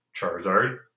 Charizard